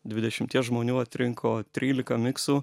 dvidešimties žmonių atrinko trylika miksų